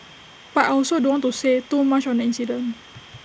but I also don't want to say too much on the incident